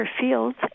fields